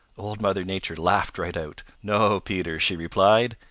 old mother nature laughed right out. no, peter, she replied.